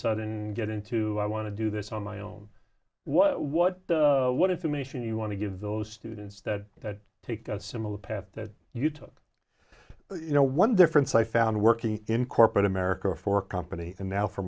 sudden get into i want to do this on my own what what what information you want to give those students that take a similar path that you took you know one difference i found working in corporate america for a company and now for